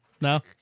No